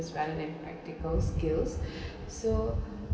rather than practical skills so